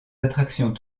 attractions